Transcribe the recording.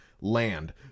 land